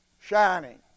shining